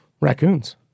Raccoons